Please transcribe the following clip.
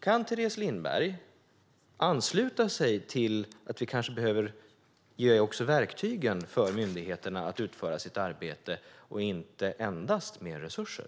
Kan Teres Lindberg ansluta sig till att vi kanske behöver ge också verktyg till myndigheterna att utföra sitt arbete och inte endast mer resurser?